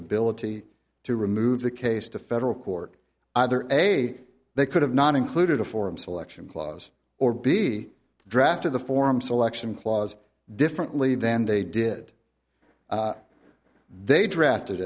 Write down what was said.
ability to remove the case to federal court either a they could have not included a form selection clause or be drafted the form selection clause differently than they did they drafted